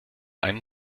einen